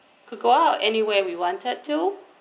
could go out anywhere we wanted to